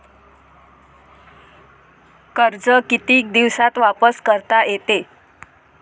कर्ज कितीक दिवसात वापस करता येते?